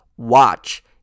Watch